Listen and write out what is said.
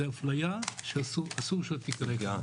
זו אפליה שאסור שתקרה.